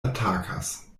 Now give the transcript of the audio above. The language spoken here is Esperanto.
atakas